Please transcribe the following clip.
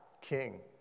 king